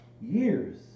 years